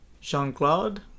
Jean-Claude